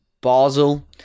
Basel